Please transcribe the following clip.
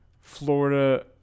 florida